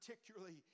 particularly